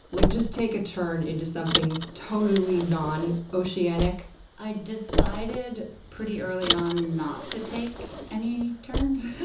like just take a turn into something totally non-oceanic? i decided pretty early on not to take any turns.